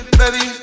baby